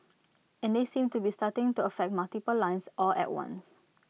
and they seem to be starting to affect multiple lines all at once